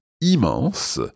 immense